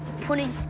putting